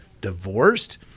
divorced